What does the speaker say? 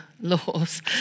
laws